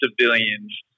civilians